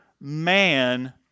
man